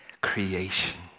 creation